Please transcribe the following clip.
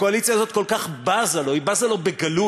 שהקואליציה הזאת כל כך בזה לו, היא בזה לו בגלוי,